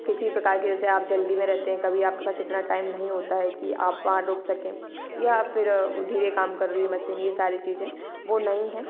किसी प्रकार के जैसे आप जल्दी में रहते हैं कभी आपके पास इतना टाइम नहीं होता है कि आप वहाँ रुक सकें या फिर धीरे काम कर रही है मशीन ये सारी चीजें वो नहीं हैं